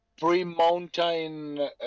pre-mountain